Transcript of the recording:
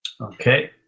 Okay